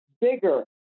bigger